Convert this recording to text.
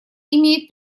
имеет